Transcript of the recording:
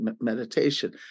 meditation